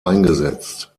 eingesetzt